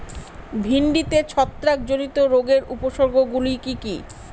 ভিন্ডিতে ছত্রাক জনিত রোগের উপসর্গ গুলি কি কী?